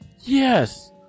Yes